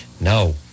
No